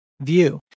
view